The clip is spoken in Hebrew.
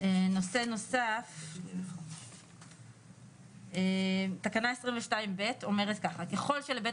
נושא נוסף: תקנה 22(ב) אומרת ככה: ככל שלבית